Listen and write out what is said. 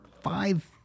five